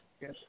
Yes